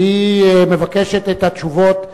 שהיא מבקשת את התשובות.